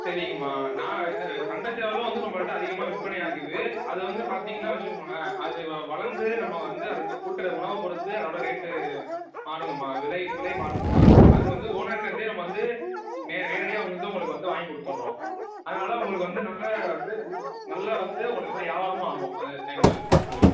சரிங்கம்மா நான் இது சண்டை சேவலும் வந்து நம்மகிட்ட அதிகமாக விற்பனையாகுது அது வந்து பார்த்தீங்கன்னா வைச்சுங்கோங்களேன் அது வ வளர்ந்து நம்ம வந்து அதுக்கு கொடுக்கற உணவை பொறுத்து அதோடய ரேட்டு மாறுங்கம்மா விலை விலை மாறுங்கம்மா அது வந்து ஓனர்கிட்ட இருந்தே நம்ம வந்து நே நேரடியாக வந்து உங்களுக்கு வந்து வாங்கிக் கொடுத்தர்றோம் அதனால் உங்களுக்கு வந்து நல்ல வந்து நல்ல வந்து உங்களுக்கு நல்ல ஏவாரமும் ஆகும் அந்த டைமில் உங்களுக்கு